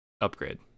upgrade